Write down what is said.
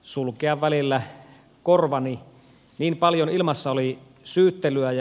sulkea välillä korvani niin paljon ilmassa oli syyttelyä ja